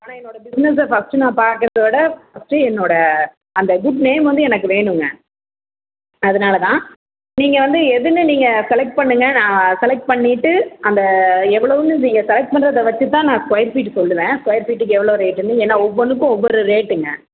ஆனால் என்னோட பிஸ்னஸில் ஃபர்ஸ்ட்டு நான் பார்க்கறத விட ஃபர்ஸ்ட்டு என்னோட அந்த குட் நேம் வந்து எனக்கு வேணும்ங்க அதனால தான் நீங்கள் வந்து எதுன்னு நீங்கள் செலக்ட் பண்ணுங்கள் நான் செலக்ட் பண்ணிவிட்டு அந்த எவ்வளோன்னு நீங்கள் செலக்ட் பண்ணுறத வச்சு தான் நான் ஸ்கொயர் ஃபீட்டு சொல்லுவேன் ஸ்கொயர் ஃபீட்டுக்கு எவ்வளோ ரேட்டுன்னு ஏன்னா ஒவ்வொன்றுக்கும் ஒவ்வொரு ரேட்டுங்க